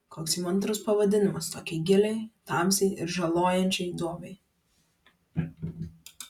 koks įmantrus pavadinimas tokiai giliai tamsiai ir žalojančiai duobei